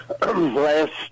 last